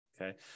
okay